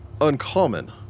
Uncommon